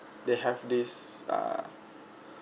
they have this err